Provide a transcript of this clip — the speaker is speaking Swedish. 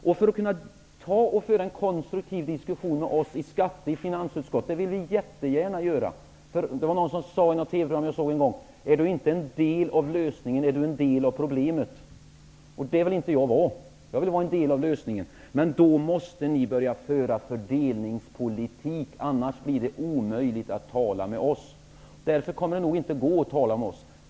Vi för väldigt gärna en konstruktiv diskussion i finansutskottet. Någon har sagt i ett TV-program som jag tittat på: Är du inte en del av lösningen, är du en del av problemet -- det vill inte jag vara. Jag vill vara en del av lösningen. Men ni måste börja föra en fördelningspolitik. Om ni inte gör det, blir det inte möjligt att tala med oss. Därför kommer det nog inte att gå att tala med oss.